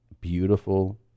beautiful